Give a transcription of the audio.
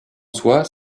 soit